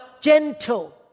gentle